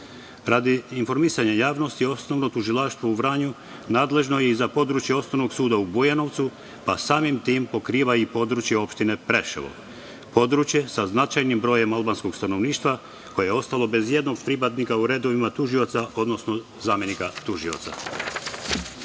informisanja javnosti, Osnovno tužilaštvo u Vranju nadležno je i za područje osnovnog suda u Bujanovcu a samim tim pokriva i područje Opštine Preševo, područje sa značajnim brojem albanskog stanovništva, koje je ostalo bez i jednog pripadnika u redovima tužioca, odnosno zamenika